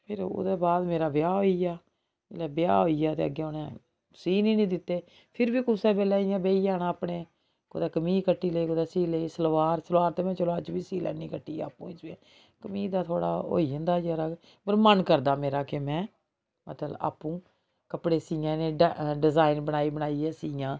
फ्ही ओह्दे बाद मेरा ब्याह होई गेआ जेल्लै ब्याह होई गेआ ते अग्गें उ'नें सीन ई नेईं दित्ते फ्ही बी कुसै बेल्लै इ'यां बेही जाना अपने कुतै कमीज कट्टी लेई कुतै सीऽ लेई सलवार सलवार ते में चलो अज्ज बी सीऽ लैन्नी कट्टियै अपनी कमीज दा थोह्ड़ा चक्कर रौंहदा ऐ पर मेरा मन करदा मेरा कि में मतलब आपूं कपड़े सियां ते डिजाइन बनाई बनाइयै सियां